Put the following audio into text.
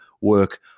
work